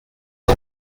our